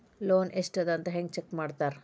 loan ಎಷ್ಟ್ ಅದ ಹೆಂಗ್ ಚೆಕ್ ಮಾಡ್ತಾರಾ